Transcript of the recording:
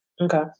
okay